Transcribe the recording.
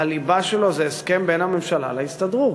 הליבה שלו זה הסכם בין הממשלה להסתדרות.